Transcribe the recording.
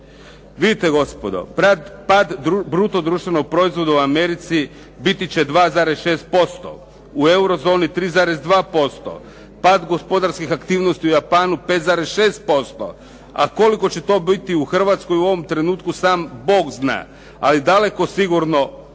Vidite gospodo, pad bruto društvenog proizvoda u Americi biti će 2,6%, u eurozoni 3,2%, pad gospodarskih aktivnosti u Japanu 5,6%, a koliko će to biti u Hrvatskoj u ovom trenutku sam Bog zna, ali daleko sigurno više